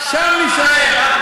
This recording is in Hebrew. שם נישאר,